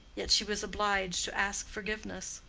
yet she was obliged to ask forgiveness.